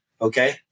okay